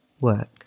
work